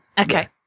Okay